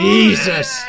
Jesus